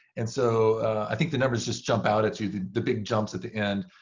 and so i think the numbers just jump out at you, the the big jumps at the end,